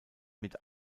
mit